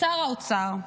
שר האוצר.